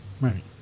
Right